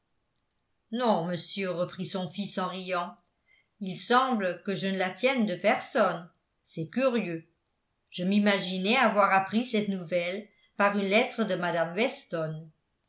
non monsieur reprit son fils en riant il semble que je ne la tienne de personne c'est curieux je m'imaginais avoir appris cette nouvelle par une lettre de mme weston